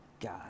God